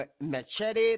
Machete